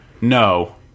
no